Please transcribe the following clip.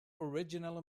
originally